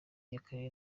y’akarere